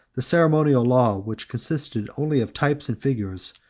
the ceremonial law, which consisted only of types and figures,